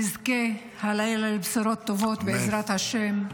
שנזכה הלילה לבשורות טובות, בעזרת השם.